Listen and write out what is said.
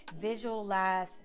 visualize